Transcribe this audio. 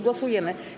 Głosujemy.